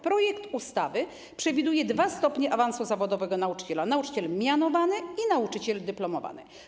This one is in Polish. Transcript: Projekt ustawy przewiduje dwa stopnie awansu zawodowego nauczyciela: nauczyciel mianowany i nauczyciel dyplomowany.